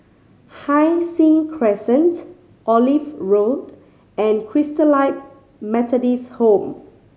Hai Sing Crescent Olive Road and Christalite Methodist Home